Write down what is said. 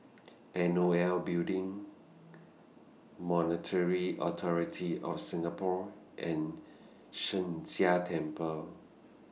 N O L Building Monetary Authority of Singapore and Sheng Jia Temple